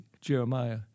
Jeremiah